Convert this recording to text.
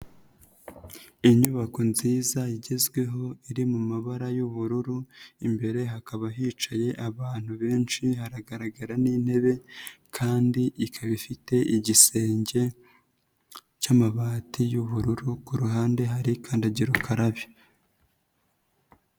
Inyubako nziza igezweho iri mu mabara y'ubururu, imbere hakaba hicaye abantu benshi haragaragara n'intebe, kandi ikaba ifite igisenge cy'amabati y'ubururu, ku ruhande hari kandagira ukarabe.